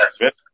Yes